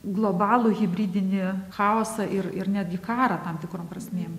globalų hibridinį chaosą ir ir netgi karą tam tikrom prasmėm